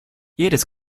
jedes